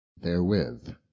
Therewith